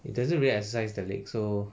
it doesn't really exercise the leg so